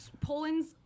Poland's